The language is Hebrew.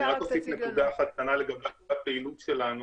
אני אוסיף נקודה אחת קטנה לגבי הפעילות שלנו,